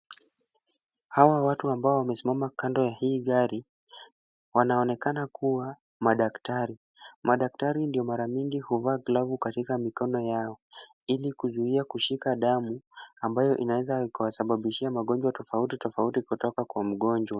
Hawa watu ambao wamesimama kando ya hii gari wanaonekana kuwa madaktari. Madaktari ndio mara mingi huvaa glavu katika mikono yao ili kuzuia kushika damu ambayo inaweza ikawasababishia magonjwa tofauti tofauti kutoka kwa wagonjwa.